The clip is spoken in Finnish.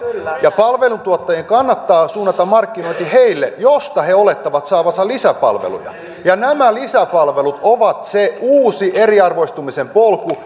ja palveluntuottajien kannattaa suunnata markkinointi niille joista he olettavat saavansa lisäpalveluita nämä lisäpalvelut ovat se uusi eriarvoistumisen polku